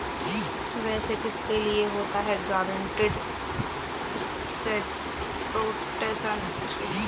वैसे किसके लिए होता है गारंटीड एसेट प्रोटेक्शन स्कीम?